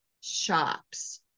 shops